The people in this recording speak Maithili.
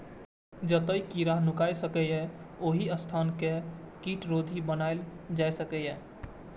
जतय कीड़ा नुकाय सकैए, ओहि स्थान कें कीटरोधी बनाएल जा सकैए